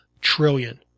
trillion